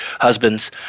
husbands